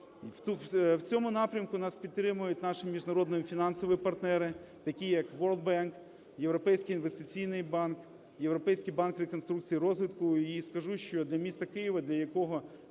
В цьому напрямку нас підтримують наші міжнародні фінансові партнери, такі як World Bank, Європейський інвестиційний банк, Європейський банк реконструкції і розвитку.